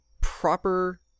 proper